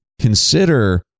consider